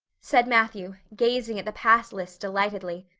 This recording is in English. said matthew, gazing at the pass list delightedly.